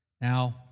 now